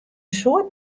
soad